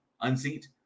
unseat